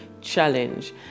challenge